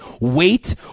wait